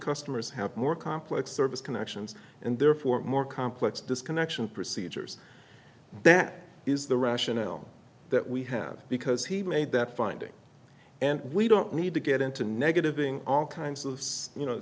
customers have more complex service connections and therefore more complex disconnection procedures that is the rationale that we have because he made that finding and we don't need to get into negative ing all kinds of you know